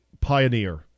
pioneer